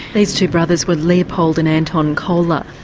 these two brothers were leopold and anton koller.